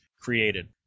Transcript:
created